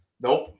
Nope